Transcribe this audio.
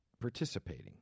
participating